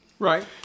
Right